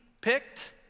picked